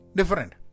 different